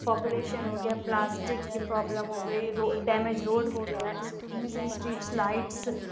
population ہو گیا پلاسٹ کی پرابلم ہو گئی روڈ ڈیمج روڈ ہو گیا اِس میں سے اسٹریٹ لائٹس